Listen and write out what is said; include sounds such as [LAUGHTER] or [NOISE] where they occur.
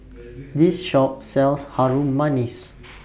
This Shop sells Harum Manis [NOISE]